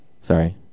Sorry